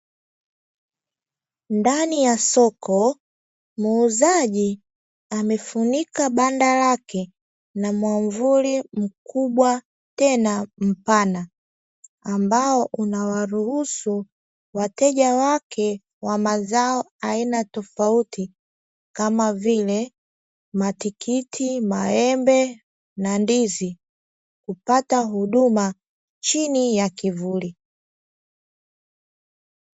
Ndani ya soko muuzaji amefunika banda lake na mwamvuli mkubwa tena mpana ambao unawaruhusu wateja wake wa mazao aina tofauti kama vile matikiti, maembe na ndizi kupata huduma chini ya kivuli.